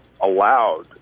allowed